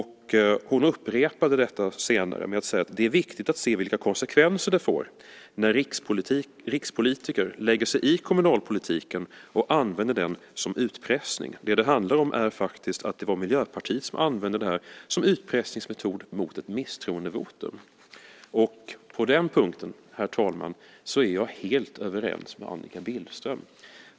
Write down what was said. Hon upprepade detta senare och sade: Det är viktigt att se vilka konsekvenser det får när rikspolitiker lägger sig i kommunalpolitiken och använder den som utpressning. Det det handlar om är faktiskt att det var Miljöpartiet som använde det här som utpressningsmetod mot ett misstroendevotum. På den punkten, herr talman, är jag helt överens med Annika Billström.